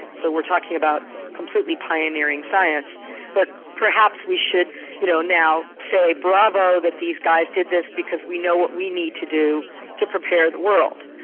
so we are talking about completely pioneering science but perhaps we should you know now say bravo that these guys did this because we know what we need to do to prepare the world.